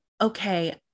okay